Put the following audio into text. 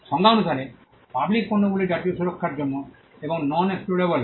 সংজ্ঞা অনুসারে পাবলিক পণ্যগুলি জাতীয় সুরক্ষার জন্য এবং নন এক্সক্লুডেবেল